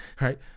Right